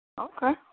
Okay